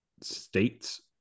states